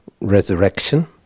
resurrection